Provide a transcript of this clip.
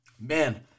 man